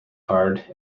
card